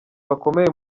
bakomeye